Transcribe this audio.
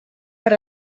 per